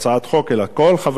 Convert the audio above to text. אלא כל חברי הכנסת,